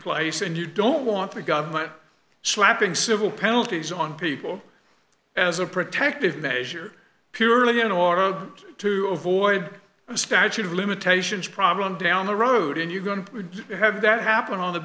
place and you don't want the government slapping civil penalties on people as a protective measure purely in order to avoid a statute of limitations problem down the road and you're going to have that happen on the